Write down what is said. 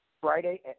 Friday